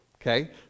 Okay